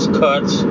cuts